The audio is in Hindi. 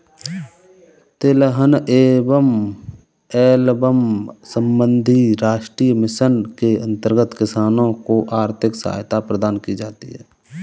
तिलहन एवं एल्बम संबंधी राष्ट्रीय मिशन के अंतर्गत किसानों को आर्थिक सहायता प्रदान की जाती है